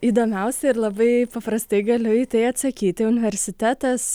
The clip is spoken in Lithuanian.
įdomiausia ir labai paprastai galiu į tai atsakyti universitetas